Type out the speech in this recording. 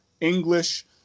English